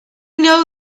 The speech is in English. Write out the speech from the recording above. know